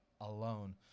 alone